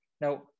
Now